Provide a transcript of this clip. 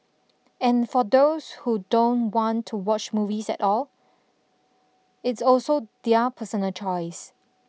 and for those who don't want to watch movies at all it's also their personal choice